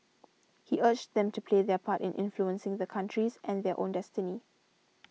he urged them to play their part in influencing the country's and their own destiny